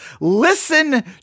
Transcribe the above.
listen